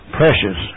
precious